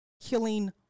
killing